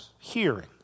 hearing